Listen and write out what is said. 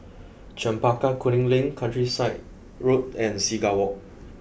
Chempaka Kuning Link Countryside Road and Seagull Walk